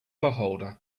beholder